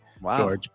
Wow